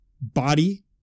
body